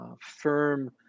firm